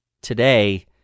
Today